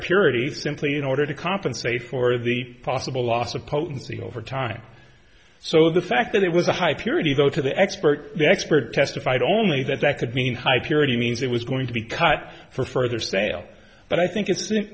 purity simply in order to compensate for the possible loss of potency over time so the fact that it was a high purity go to the expert the expert testified only that that could mean high purity means it was going to be cut for further sale but i think it's it